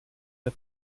der